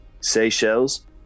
Seychelles